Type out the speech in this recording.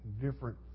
different